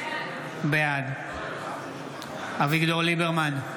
בעד אביגדור ליברמן,